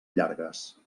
llargues